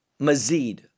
mazid